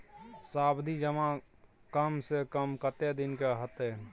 सावधि जमा कम से कम कत्ते दिन के हते?